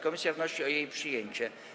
Komisja wnosi o jej przyjęcie.